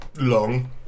long